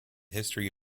history